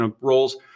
roles